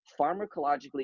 pharmacologically